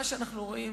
מה שאנחנו רואים